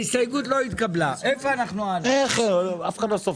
הצבעה ההסתייגות לא נתקבלה ההסתייגות לא התקבלה.